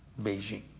Beijing